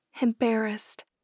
embarrassed